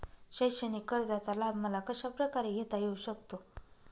शैक्षणिक कर्जाचा लाभ मला कशाप्रकारे घेता येऊ शकतो?